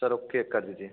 sir okay कर दीजिए